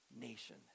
nation